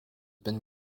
been